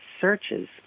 searches